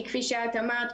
כי כפי שאת אמרת,